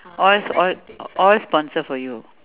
all s~ all all sponsored for you